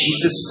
Jesus